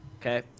Okay